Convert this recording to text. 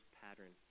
pattern